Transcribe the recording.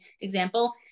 example